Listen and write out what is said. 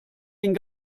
den